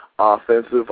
offensive